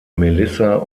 melissa